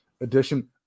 edition